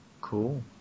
Cool